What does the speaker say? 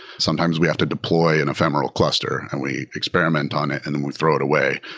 sometimes we have to deploy an ephemeral cluster and we experiment on it and then we'd throw it away.